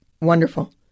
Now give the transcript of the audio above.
Wonderful